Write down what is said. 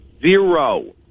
zero